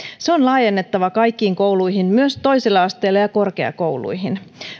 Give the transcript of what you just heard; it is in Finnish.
se on laajennettava kaikkiin kouluihin myös toiselle asteelle ja korkeakouluihin